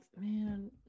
man